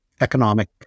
economic